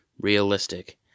realistic